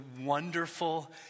wonderful